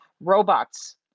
robots